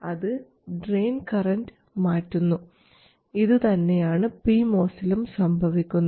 അത് drain current മാറ്റുന്നു ഇതുതന്നെയാണ് പിമോസിലും സംഭവിക്കുന്നത്